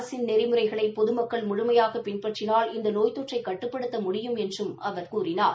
அரசின் நெறிமுறைகளை பொதுமக்கள் முழுமையாக பின்பற்றினால் இந்த நோய் தொற்றை கட்டுப்படுத்த முடியும் என்றும் அவர் தொவித்தார்